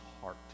heart